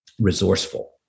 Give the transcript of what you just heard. resourceful